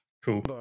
Cool